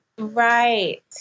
Right